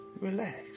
Relax